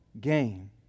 gain